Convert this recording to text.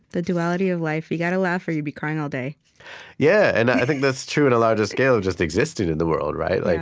the duality of life you've got to laugh, or you'll be crying all day yeah and i think that's true in a larger scale of just existing in the world, right?